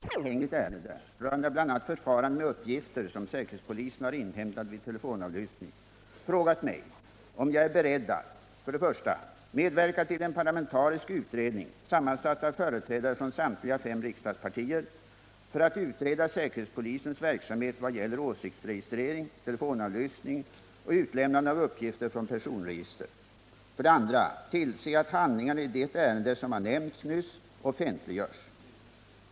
Herr talman! Bertil Måbrink har — under hänvisning till ett hos justitiekanslern anhängigt ärende rörande bl.a. förfarandet med uppgifter som säkerhetspolisen har inhämtat vid telefonavlyssning — frågat mig om jag är beredd att 1. medverka till en parlamentarisk utredning, sammansatt av företrädare från samtliga fem riksdagspartier, för att utreda säkerhetspolisens verksamhet vad gäller åsiktsregistrering, telefonavlyssning och utlämnande av uppgifter från personregister, 2. tillse att handlingarna i det ärende som har nämnts nyss offentliggörs.